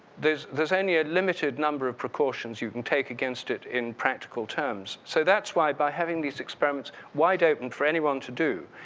there's there's only a limited number of precautions you can take against it in practical terms. so, that's why by having these experiments wide open for anyone to do.